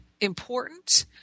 important